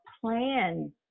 plan